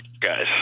guys